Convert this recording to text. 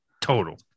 total